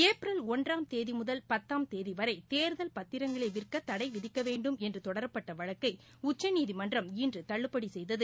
April ஒன்றாம் தேதி முதல் பத்தாம் தேதி வரை தேர்தல் பத்திரங்களை விற்க தளட விதிக்கவேண்டும் என்று தொடரப்பட்ட வழக்கை உச்சநீதிமன்றம் இன்று தள்ளுபடி செய்தது